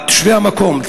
תושבי המקום,